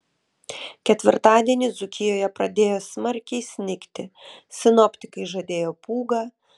ketvirtadienį dzūkijoje pradėjo smarkiai snigti sinoptikai žadėjo pūgą